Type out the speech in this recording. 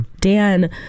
Dan